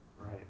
Right